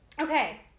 Okay